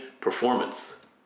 performance